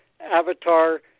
avatar